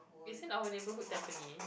is it our neighborhood Tampines